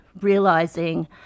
realizing